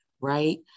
right